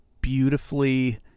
beautifully